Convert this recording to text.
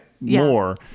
more